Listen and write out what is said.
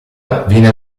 viene